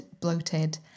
bloated